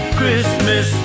Christmas